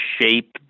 shape